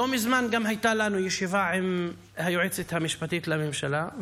לא מזמן הייתה לנו ישיבה עם היועצת המשפטית לממשלה,